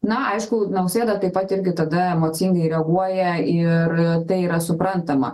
na aišku nausėda taip pat irgi tada emocingai reaguoja ir tai yra suprantama